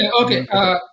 Okay